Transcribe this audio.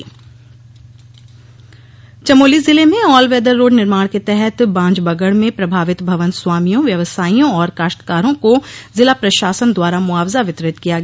cheque वितरण चमोली जिले में ऑल वेदर रोड निर्माण के तहत बांजबगड में प्रभावित भवन स्वामियों व्यवसायियों और काश्ताकरों को जिला प्रशासन द्वारा मुआवजा वितरित किया गया